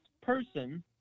person